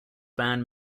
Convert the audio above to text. band